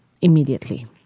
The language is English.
immediately